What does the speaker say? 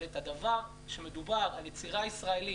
אבל כשמדובר על יצירה ישראלית,